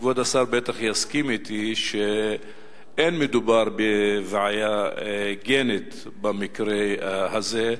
כבוד השר בטח יסכים אתי שלא מדובר בבעיה גנטית במקרה הזה.